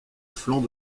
flanc